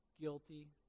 guilty